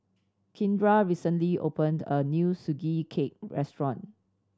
Kindra recently opened a new Sugee Cake restaurant